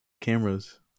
cameras